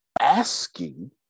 asking